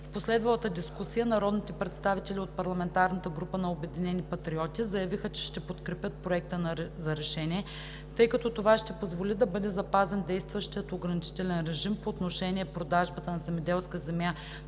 В последвалата дискусия народните представители от парламентарната група на „Обединени патриоти“ заявиха, че ще подкрепят Проекта за решение, тъй като това ще позволи да бъде запазен действащият ограничителен режим по отношение продажбата на земеделска земя